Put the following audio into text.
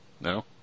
No